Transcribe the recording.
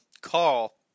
call